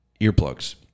earplugs